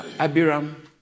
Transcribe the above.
Abiram